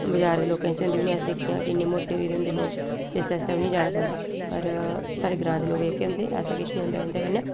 बजार दे लोकें च होंदे हून अस दिक्खने आं कि इन्ने मुट्टे होई गेदे होंदे लोक इस आस्तै उ'नें ई जाना पौंदा पर साढ़े ग्रांऽ दे लोक जेह्के होंदे ऐसा किश निं होंदा उं'दे कन्नै